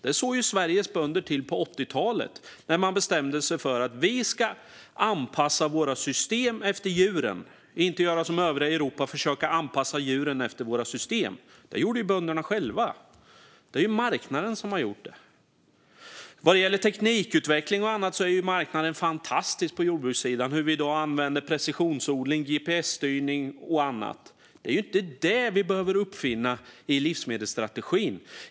Det såg Sveriges bönder till på 80-talet när man bestämde sig för att vi ska anpassa våra system efter djuren och inte göra som övriga Europa och försöka att anpassa djuren efter våra system. Bönderna gjorde det själva. Det är marknaden som har gjort det. Vad gäller teknikutveckling och annat är marknaden fantastisk på jordbrukssidan. I dag använder vi precisionsodling, gps-styrning och annat. Det är inte det vi behöver uppfinna i livsmedelsstrategin.